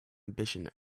ambition